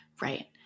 right